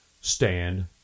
Stand